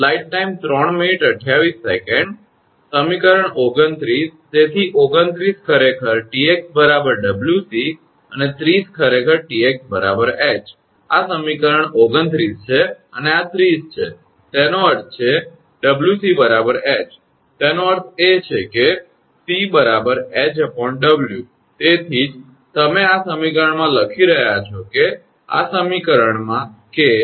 સમીકરણ 29 તેથી 29 ખરેખર 𝑇𝑥 𝑊𝑐 અને 30 ખરેખર 𝑇𝑥 𝐻 આ સમીકરણ 29 છે અને આ 30 છે તેનો અર્થ છે 𝑊𝑐 𝐻 તેનો અર્થ એ કે 𝑐 𝐻𝑊 તેથી જ તમે આ સમીકરણમાં લખી રહ્યા છો કે આ સમીકરણમાં કે 𝑐 𝐻𝑊